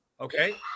Okay